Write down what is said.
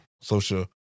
social